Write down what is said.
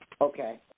Okay